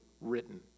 written